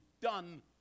done